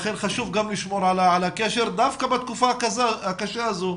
לכן חשוב גם לשמור על הקשר דווקא בתקופה הקשה הזו,